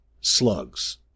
slugs